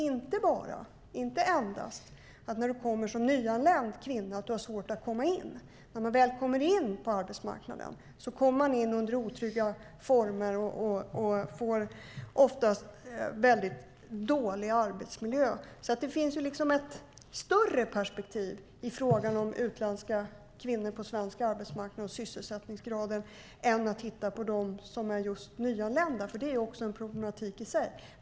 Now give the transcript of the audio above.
Det handlar inte bara om att nyanlända kvinnor har svårt att komma in utan också om att de, när de väl kommer in på arbetsmarknaden, kommer in under otrygga former och ofta får väldigt dålig arbetsmiljö. Det finns alltså ett större perspektiv på frågan om utländska kvinnor på svensk arbetsmarknad och deras sysselsättningsgrad än att bara titta på dem som är nyanlända, för det är en problematik i sig.